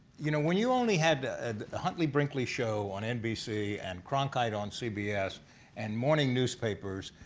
you know when you only had ah the huntley brinkley show on nbc and cronkite on cbs and morning newspapers,